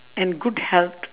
and good health